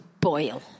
boil